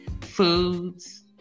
foods